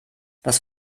das